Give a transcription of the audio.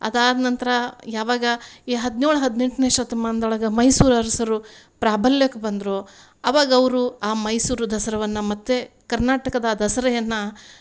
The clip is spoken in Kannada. ಅದು ಆದ ನಂತರ ಯಾವಾಗ ಈ ಹದಿನೇಳು ಹದಿನೆಂಟನೆ ಶತಮಾನದೊಳ್ಗ ಮೈಸೂರು ಅರಸರು ಪ್ರಾಭಲ್ಯಕ್ಕೆ ಬಂದರು ಅವಾಗ ಅವರು ಆ ಮೈಸೂರು ದಸರಾವನ್ನ ಮತ್ತು ಕರ್ನಾಟಕದ ದಸರೆಯನ್ನ